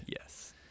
Yes